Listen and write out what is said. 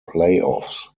playoffs